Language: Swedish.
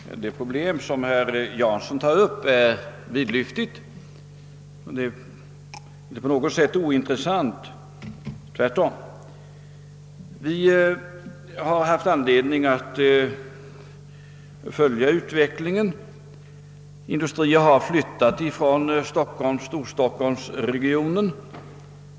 Flerr talman! Det problem som herr Jansson tar upp är vidlvftigt. Det är inte på något sätt ointressant, tvärtom. Vi har haft anledning att följa denna utveckling, där industrier har flyttat från storstockholmsregionen.